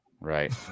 right